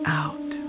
out